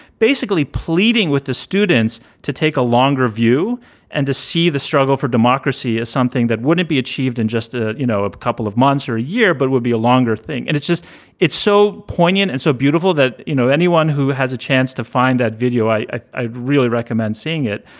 basically pleading with the students to take a longer view and to see the struggle for democracy is something that wouldn't be achieved in just a you know a couple of months or a year, but would be a longer thing. and it's just it's so poignant and so beautiful that, you know, anyone who has a chance to find that video, i would really recommend seeing it.